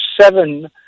seven